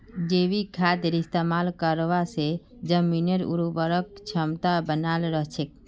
जैविक खादेर इस्तमाल करवा से जमीनेर उर्वरक क्षमता बनाल रह छेक